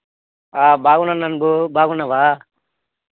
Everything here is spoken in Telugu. బాగున్నాను అంబు బాగున్నావా